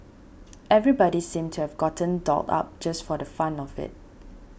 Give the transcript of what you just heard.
everybody seemed to have gotten dolled up just for the fun of it